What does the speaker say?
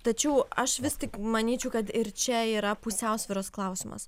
tačiau aš vis tik manyčiau kad ir čia yra pusiausvyros klausimas